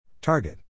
Target